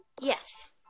yes